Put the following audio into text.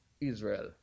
Israel